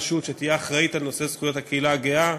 רשות שתהיה אחראית לנושא זכויות הקהילה הגאה,